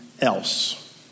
else